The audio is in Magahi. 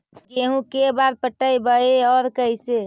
गेहूं के बार पटैबए और कैसे?